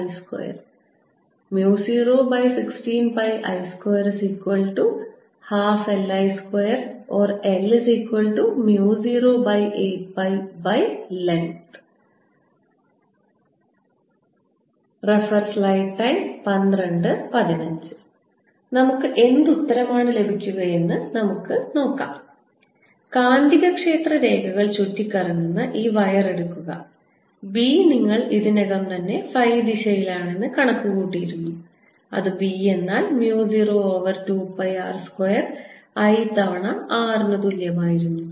2πrdr016πI2 016πI212LI2 or L08πനീളം നമുക്ക് എന്ത് ഉത്തരമാണ് ലഭിക്കുകയെന്ന് നമുക്ക് നോക്കാം കാന്തികക്ഷേത്ര രേഖകൾ ചുറ്റിക്കറങ്ങുന്ന ഈ വയർ എടുക്കുക b നിങ്ങൾ ഇതിനകം തന്നെ ഫൈ ദിശയിൽ ആണെന്ന് കണക്കുകൂട്ടിയിരുന്നു അത് B എന്നാൽ mu 0 over 2 pi r square I തവണ r നു തുല്യമായിരുന്നു